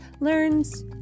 learns